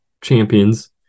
champions